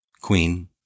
Queen